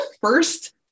first